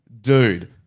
dude